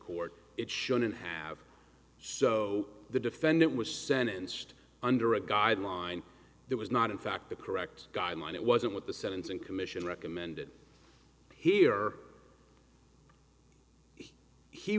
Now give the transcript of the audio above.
court it shouldn't have so the defendant was sentenced under a guideline that was not in fact the correct guideline it wasn't what the sentencing commission recommended here